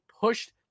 pushed